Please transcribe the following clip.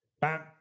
Bam